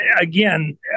again